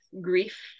grief